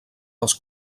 les